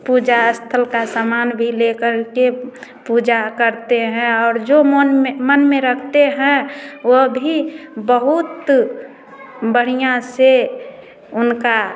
पूजा स्थल का सामान भी लेकर के पूजा करते हैं और जो मोन में मन में रखते हैं वो भी बहुत बढ़िया से उनका